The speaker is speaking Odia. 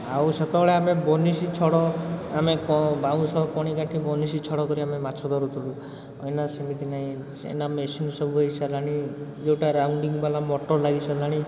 ଆଉ ସେତେବେଳେ ଆମେ ବନିଶୀ ଛଡ଼ ଆମେ କ ବାଉଁଶ କଣିକାଟି ବନିଶୀ ଛଡ଼ କରି ଆମେ ମାଛ ଧରୁଥିଲୁ ଏଇନା ସେମିତି ନାହିଁ ଏଇନା ମେସିନ୍ ସବୁ ହେଇସାରିଲାଣି ଯେଉଁଟା ରାଉଣ୍ଡିଂ ବାଲା ମଟର ଲାଗିସାରିଲାଣି